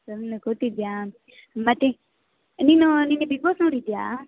ಸುಮ್ಮನೆ ಕೂತಿದ್ದೆಯಾ ಮತ್ತೆ ನೀನು ನಿನ್ನೆ ಬಿಗ್ ಬಾಸ್ ನೋಡಿದೆಯಾ